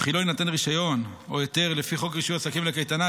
וכי לא יינתן רישיון או היתר לפי חוק רישוי עסקים לקייטנה,